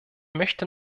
möchte